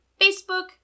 Facebook